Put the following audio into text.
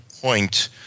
point